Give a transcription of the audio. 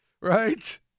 right